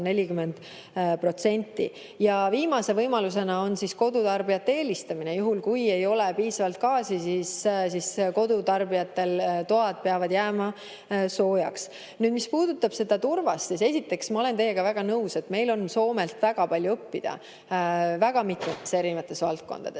Ja viimase võimalusena on kodutarbijate eelistamine. Juhul kui ei ole piisavalt gaasi, siis kodutarbijatel toad peavad jääma soojaks. Nüüd, mis puudutab turvast, siis esiteks ma olen teiega väga nõus, et meil on Soomelt väga palju õppida väga mitmetes erinevates valdkondades.